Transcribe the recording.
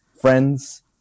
friends